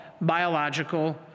biological